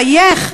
וגם לא לחייך,